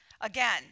again